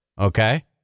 Okay